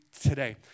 today